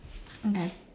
okay